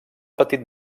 petit